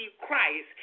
Christ